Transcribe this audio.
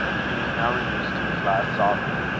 he was now reduced to his last sovereign.